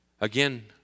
Again